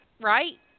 right